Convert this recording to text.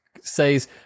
says